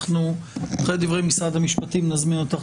אחרי דברי משרד המשפטים נזמין אותך,